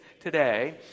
today